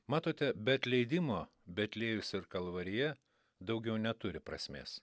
matote be atleidimo betliejus ir kalvarija daugiau neturi prasmės